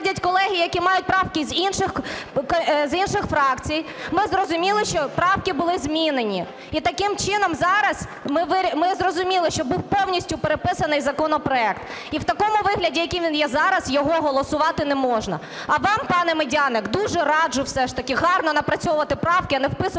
колеги, які мають правки, з інших фракцій, ми зрозуміли, що правки були змінені. І таким чином зараз ми зрозуміли, що був повністю переписаний законопроект і в такому вигляді, який він є зараз, його голосувати не можна. А вам, пане Медяник, дуже раджу, все ж таки, гарно напрацьовувати правки, а не вписувати їх в